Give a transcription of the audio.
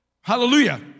Hallelujah